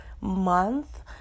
month